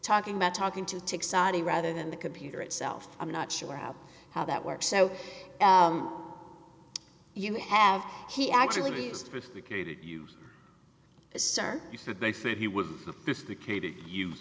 talking about talking to take saudi rather than the computer itself i'm not sure how how that works so you have he actually used assert that they said he was